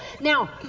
Now